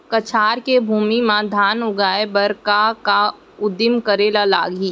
कछार के भूमि मा धान उगाए बर का का उदिम करे ला लागही?